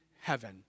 Heaven